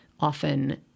often